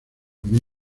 muy